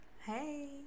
hey